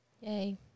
Yay